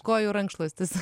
kojų rankšluostis